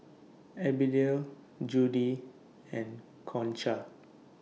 Abdiel Judi and Concha